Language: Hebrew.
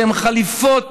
שהם חלופות,